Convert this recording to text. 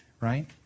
right